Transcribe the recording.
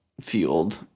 fueled